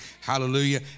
Hallelujah